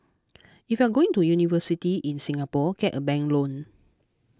if you're going to university in Singapore get a bank loan